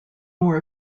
more